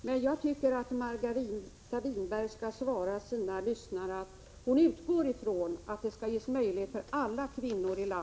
Men jag tycker att Margareta Winberg skall svara sina lyssnare att hon utgår från att det skall ges möjlighet för alla kvinnor i landet att genomgå en allmän hälsokontroll och få mammografiundersökning.